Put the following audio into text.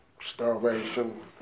starvation